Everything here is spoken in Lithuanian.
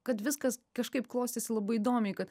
kad viskas kažkaip klostėsi labai įdomiai kad